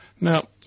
Now